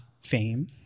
fame